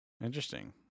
Interesting